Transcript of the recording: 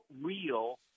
real